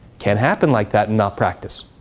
can't happen like that in malpractice.